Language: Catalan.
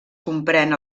comprèn